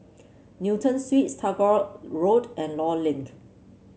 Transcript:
Newton Suites Tagore Road and Law Link